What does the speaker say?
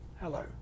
Hello